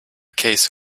case